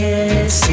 Yes